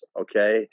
Okay